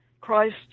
Christ